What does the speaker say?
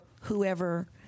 whoever